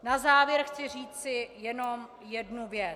Na závěr chci říci jenom jednu věc.